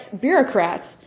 bureaucrats